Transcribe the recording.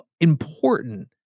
important